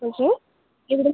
അ എവിടെ